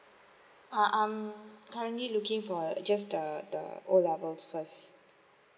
uh I'm currently looking for just the the O levels first